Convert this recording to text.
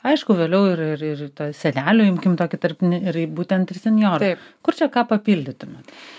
aišku vėliau ir ir ir senelių imkim tokį tarpinį ir būtent ir senjorai kur čia ką papildytumėt